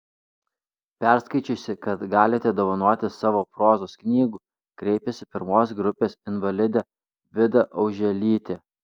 perskaičiusi kad galite dovanoti savo prozos knygų kreipėsi pirmos grupės invalidė vida auželytė